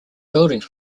buildings